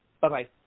Bye-bye